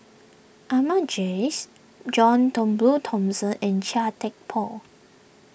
Ahmad Jais John Turnbull Thomson and Chia Thye Poh